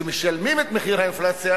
שמשלמים את מחיר האינפלציה